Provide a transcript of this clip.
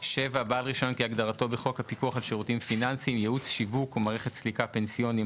חוק הגנת הצרכן 76. בחוק הגנת הצרכן,